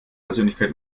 persönlichkeit